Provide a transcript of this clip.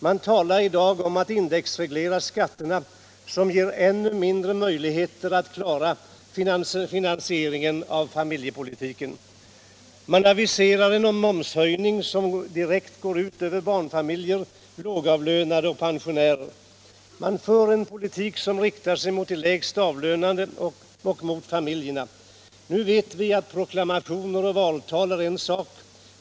Man talar i dag om att indexreglera skatterna, något som ger ännu mindre möjligheter att klara finanserna för familjepolitiken. Man aviserar en momshöjning som direkt går ut över barnfamiljer, lågavlönade och pensionärer. Man för en politik som riktar sig mot de lägst avlönade och mot familjerna. Nu vet vi att proklamationer och valtal är en sak.